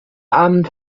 abend